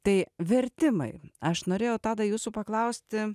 tai vertimai aš norėjau tadai jūsų paklausti